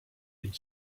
could